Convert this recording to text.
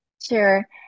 sure